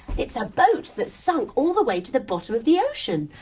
it's a boat that's sunk all the way to the bottom of the ocean.